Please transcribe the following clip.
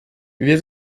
wir